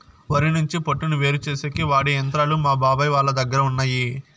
వరి నుంచి పొట్టును వేరుచేసేకి వాడె యంత్రాలు మా బాబాయ్ వాళ్ళ దగ్గర ఉన్నయ్యి